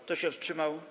Kto się wstrzymał?